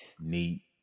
neat